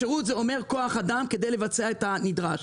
שירות פירושו כוח אדם כדי לבצע את הנדרש.